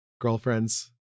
girlfriend's